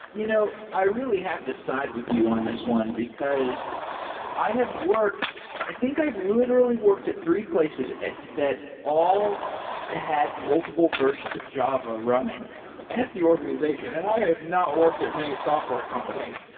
you know i really have to side with you on this one, because i have worked i think i've literally worked at three places that all had multiple versions of java running at the organization, and i have not worked at many software companies.